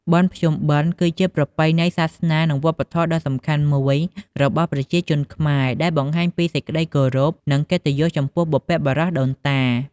បុណ្យភ្ជុំបិណ្ឌគឺជាប្រពៃណីសាសនានិងវប្បធម៌ដ៏សំខាន់មួយរបស់ប្រជាជនខ្មែរ ដែលបង្ហាញពីសេចក្ដីគោរព និងកិត្តិយសចំពោះបុព្វបុរសដូនតា។